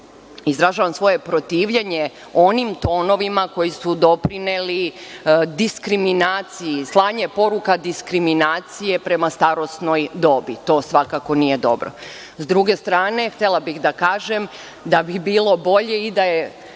izražavam svoje protivljenje onim tonovima koji su doprineli diskriminaciji, slanju poruka diskriminacije prema starosnoj dobi. To svakako nije dobro.S druge strane, htela bih da kažem da bi bilo bolje i da je